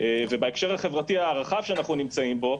בהקשר החברתי הרחב שאנחנו נמצאים בו,